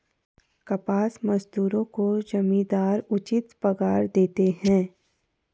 कपास मजदूरों को जमींदार उचित पगार देते हैं